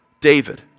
David